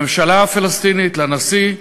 לממשלה הפלסטינית, לנשיא,